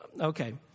Okay